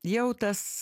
jau tas